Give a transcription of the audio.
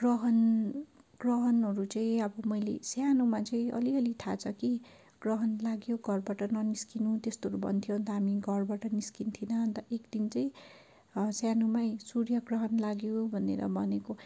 ग्रहण ग्रहणहरू चाहिँ अब मैले सानोमा चाहिँ अलिअलि थाहा छ कि ग्रहण लाग्यो घरबाट ननिस्किनु त्यस्तोहरू भन्थ्यो अन्त हामी घरबाट निस्किन्थिएनौँ अन्त एक दिन चाहिँ सानोमै सूर्य ग्रहण लाग्यो भनेर भनेको